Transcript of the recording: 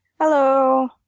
Hello